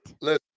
Listen